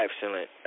excellent